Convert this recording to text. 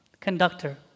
conductor